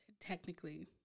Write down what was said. technically